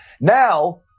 now